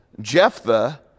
Jephthah